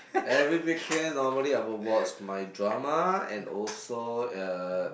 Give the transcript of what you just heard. every weekend normally I would watch my drama and also uh